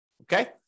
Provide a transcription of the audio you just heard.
Okay